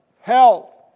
health